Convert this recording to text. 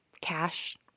Cash